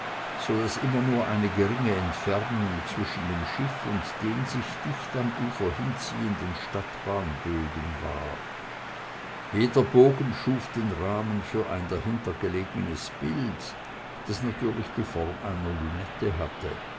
so daß immer nur eine geringe entfernung zwischen dem schiff und den sich dicht am ufer hinziehenden stadtbahnbögen war jeder bogen schuf den rahmen für ein dahinter gelegenes bild das natürlich die form einer lunette hatte